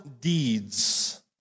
deeds